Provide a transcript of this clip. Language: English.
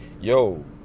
yo